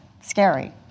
Scary